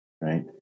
Right